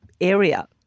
area